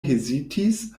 hezitis